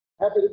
Happy